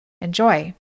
Enjoy